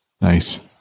Nice